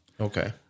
Okay